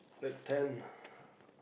that's ten